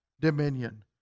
dominion